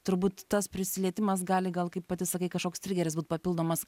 turbūt tas prisilietimas gali gal kaip pati sakai kažkoks trigeris būt papildomas